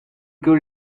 could